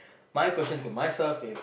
my question to myself is